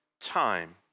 time